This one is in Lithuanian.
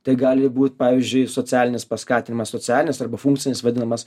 tai gali būt pavyzdžiui socialinis paskatinimas socialinis arba funkcinis vadinamas